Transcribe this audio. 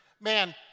man